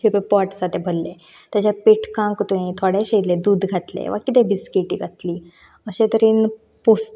पोट सादें भरल्ले तेज्या पेटकांक तुयेन थोडेशें इल्लें दूध घातलें वा किदें बिस्कीटी घातली अशें तरेन पोस